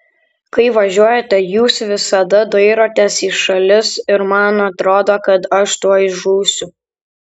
kai važiuojate jūs visada dairotės į šalis ir man atrodo kad aš tuoj žūsiu